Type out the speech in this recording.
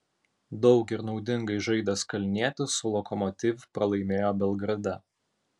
daug ir naudingai žaidęs kalnietis su lokomotiv pralaimėjo belgrade